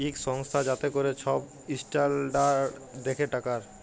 ইক সংস্থা যাতে ক্যরে ছব ইসট্যালডাড় দ্যাখে টাকার